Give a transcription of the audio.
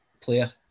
player